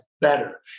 better